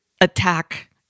attack